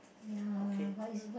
okay mm